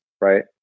Right